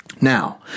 Now